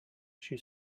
she